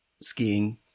skiing